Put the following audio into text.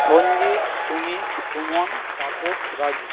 Sanjit Sumit Suman Tapas Raju